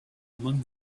among